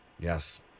Yes